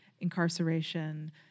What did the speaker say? incarceration